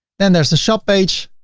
and there's a shop page.